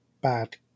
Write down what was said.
bad